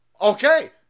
Okay